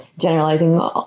Generalizing